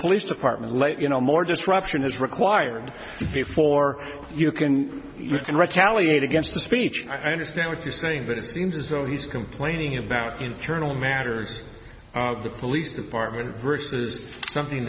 police department let you know more disruption is required before you can you can retaliate against the speech i understand what you're saying but it seems as though he's complaining about internal matters of the police department versus something